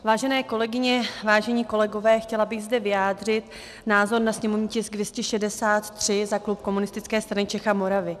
Vážené kolegyně, vážení kolegové, chtěla bych zde vyjádřit názor na sněmovní tisk 263 za klub Komunistické strany Čech a Moravy.